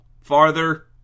Farther